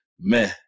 man